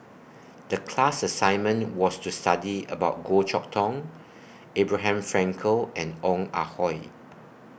The class assignment was to study about Goh Chok Tong Abraham Frankel and Ong Ah Hoi